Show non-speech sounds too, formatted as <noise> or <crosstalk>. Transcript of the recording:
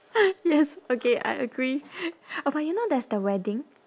<noise> yes okay I agree oh but you know there's the wedding